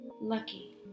Lucky